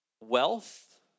wealth